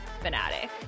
fanatic